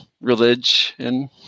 religion